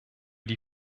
die